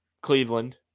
Cleveland